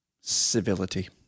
civility